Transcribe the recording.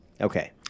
Okay